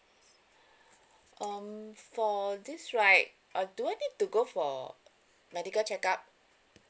um for this right I do I need to go for medical check-up